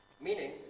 Meaning